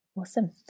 Awesome